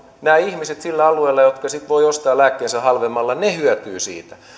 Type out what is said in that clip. nämä ihmiset sillä alueella jotka sitten voivat ostaa lääkkeensä halvemmalla hyötyvät siitä